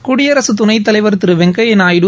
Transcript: குடியரசு துணைத்தலைவர் திரு வெங்கையா நாயுடு